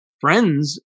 friends